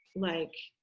like